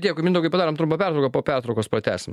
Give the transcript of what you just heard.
dėkui mindaugai padarom trumpą pertrauką po pertraukos pratęsim